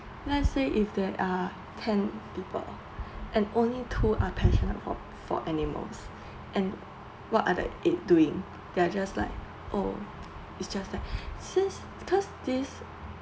ppo) let's say if there are ten people and only two are passionate for for animals and what are the eight doing they are just like oh it's just like since thus this